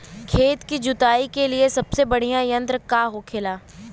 खेत की जुताई के लिए सबसे बढ़ियां यंत्र का होखेला?